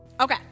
Okay